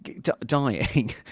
dying